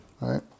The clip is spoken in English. right